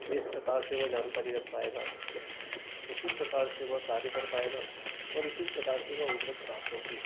जिस प्रकार से वह जानकारी रख पाएगा उसी प्रकार से वह कार्य कर पाएगा और उसी प्रकार से वह उपज प्राप्त होगी